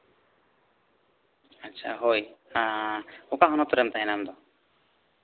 ᱟᱪᱪᱷᱟ ᱦᱳᱭ ᱚᱠᱟ ᱦᱚᱱᱚᱛ ᱨᱮᱢ ᱛᱟᱦᱮᱱᱟ ᱟᱢ ᱫᱚ